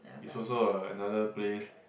is also a another place